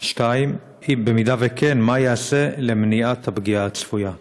2. אם כן, מה ייעשה למניעת הפגיעה הצפויה?